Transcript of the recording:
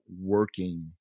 working